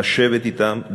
לשבת אתם,